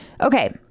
Okay